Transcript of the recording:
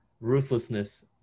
ruthlessness